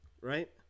Right